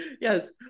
yes